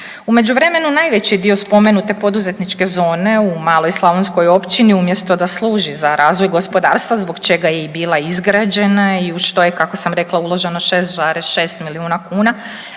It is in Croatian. U međuvremenu najveći dio spomenute poduzetničke zone u maloj slavonskoj općini umjesto da služi za razvoj gospodarstva zbog čega je i bila izgrađena i u što je kako sam rekla uloženo 6,6 milijuna kuna